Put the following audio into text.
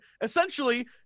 essentially